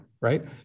right